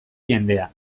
jendea